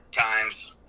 times